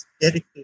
Dedicate